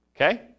Okay